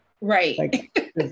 Right